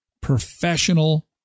professional